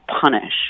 punish